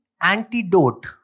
antidote